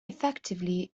effectively